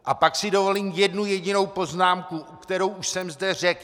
A pak si dovolím jednu jedinou poznámku, kterou už jsem zde řekl.